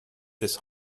this